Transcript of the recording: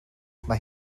mae